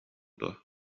дуо